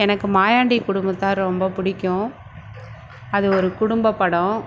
எனக்கு மாயாண்டி குடும்பத்தார் ரொம்ப பிடிக்கும் அது ஒரு குடும்பப் படம்